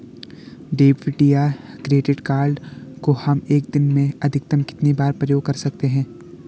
Debit या credit card को हम एक दिन में अधिकतम कितनी बार प्रयोग कर सकते हैं?